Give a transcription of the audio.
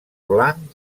blanc